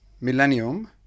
millennium